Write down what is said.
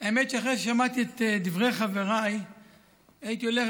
האמת שאחרי ששמעתי את דברי חבריי הייתי הולך